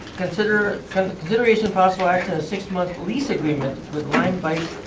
considerations kind of considerations possible access to a six month lease agreement with limebike,